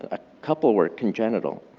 a couple were congenital.